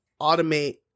automate